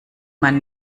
man